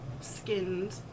skinned